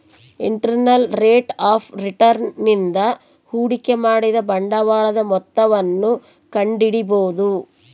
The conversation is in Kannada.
ಇಂಟರ್ನಲ್ ರೇಟ್ ಆಫ್ ರಿಟರ್ನ್ ನಿಂದ ಹೂಡಿಕೆ ಮಾಡಿದ ಬಂಡವಾಳದ ಮೊತ್ತವನ್ನು ಕಂಡಿಡಿಬೊದು